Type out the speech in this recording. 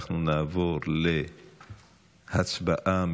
נעבור להצבעה.